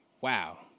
Wow